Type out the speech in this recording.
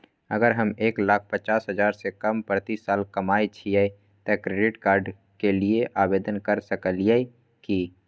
अगर हम एक लाख पचास हजार से कम प्रति साल कमाय छियै त क्रेडिट कार्ड के लिये आवेदन कर सकलियै की?